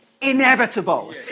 inevitable